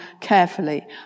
carefully